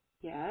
Yes